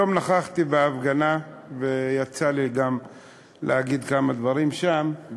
היום נכחתי בהפגנה ויצא לי גם להגיד כמה דברים שם.